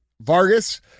Vargas